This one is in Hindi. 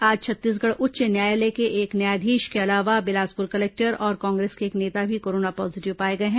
आज छत्तीसगढ़ उच्च न्यायालय के एक न्यायाधीश के अलावा बिलासपुर कलेक्टर और कांग्रेस के एक नेता भी कोरोना पॉजीटिव पाए गए हैं